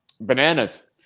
Bananas